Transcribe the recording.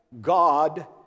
God